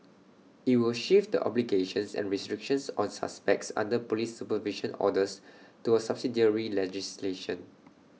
IT will shift the obligations and restrictions on suspects under Police supervision orders to A subsidiary legislation